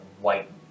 white